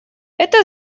это